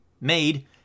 made